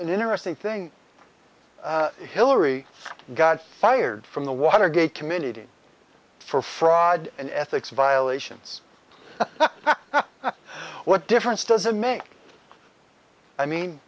an interesting thing hillary got fired from the watergate committee for fraud and ethics violations what difference does it make i mean